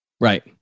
right